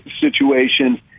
situation